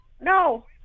no